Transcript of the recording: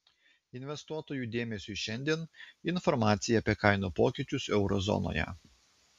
investuotojų dėmesiui šiandien informacija apie kainų pokyčius euro zonoje